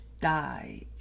die